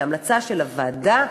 כהמלצה של הוועדה,